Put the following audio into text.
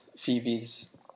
Phoebe's